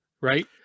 right